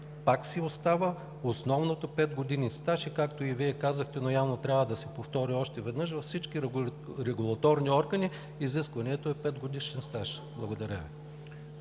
Пак си остава основното – пет години стаж. Както и Вие казахте, но явно трябва да се повтори още веднъж, във всички регулаторни органи изискването е петгодишен стаж. Благодаря Ви.